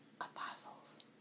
apostles